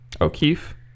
O'Keefe